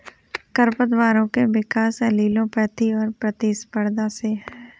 खरपतवारों के विकास एलीलोपैथी और प्रतिस्पर्धा से है